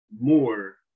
more